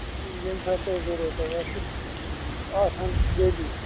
ییٚمہِ ساتہٕ تۄہہِ ضروٗرت آسِو اَسہِ چھُ آسان ڈیلی